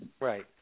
Right